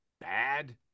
bad